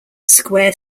square